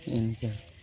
ᱤᱝᱠᱟᱹ